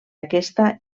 aquesta